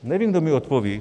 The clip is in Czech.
Nevím, kdo mi odpoví.